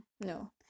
no